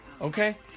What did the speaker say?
Okay